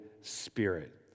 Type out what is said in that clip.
Spirit